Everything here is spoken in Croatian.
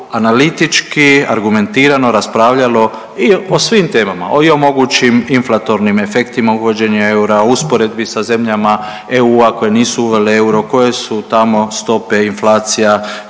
analitički, argumentirano raspravljalo o svim temama i o mogućim inflatornim efektima uvođenja eura, o usporedbi sa zemljama EU koje nisu uvele euro, koje su tamo stope inflacija,